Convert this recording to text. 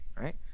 right